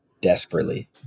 desperately